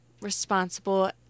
responsible